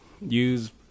use